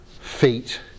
feet